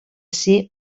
ser